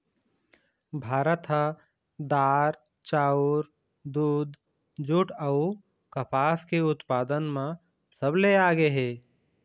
भारत ह दार, चाउर, दूद, जूट अऊ कपास के उत्पादन म सबले आगे हे